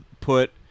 put